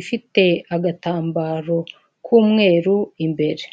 ifite agatambaro k'umweru imbere.